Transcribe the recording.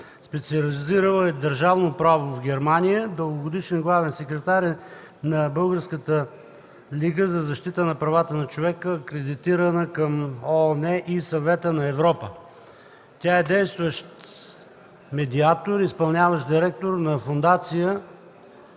Специализирала е „Държавно право“ в Германия, дългогодишен главен секретар на Българската лига за защита на правата на човека, акредитирана към ООН и Съвета на Европа. Тя е действащ медиатор, изпълняващ директор на Фондация